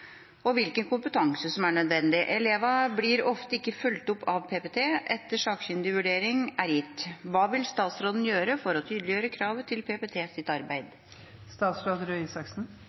og hvilken kompetanse som er nødvendig. Elevene blir ofte ikke fulgt opp av PPT etter at sakkyndig vurdering er gitt. Hva vil statsråden gjøre for å tydeliggjøre kravene til PPT sitt